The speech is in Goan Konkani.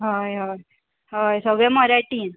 हय हय हय सगळे मराठीन